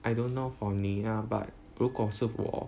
I don't know for 你 lah but 如果是我